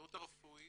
ההסתדרות הרפואית